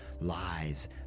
lies